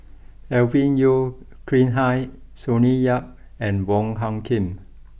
Alvin Yeo Khirn Hai Sonny Yap and Wong Hung Khim